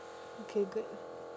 okay good